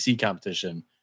competition